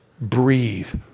breathe